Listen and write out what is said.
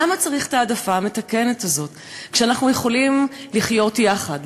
למה צריך את ההעדפה המתקנת הזאת כשאנחנו יכולים לחיות יחד,